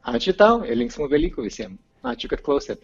ačiū tau ir linksmų velykų visiem ačiū kad klausėt